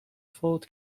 فوت